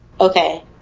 Okay